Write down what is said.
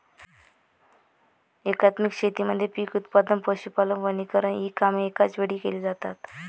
एकात्मिक शेतीमध्ये पीक उत्पादन, पशुपालन, वनीकरण इ कामे एकाच वेळी केली जातात